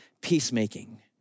peacemaking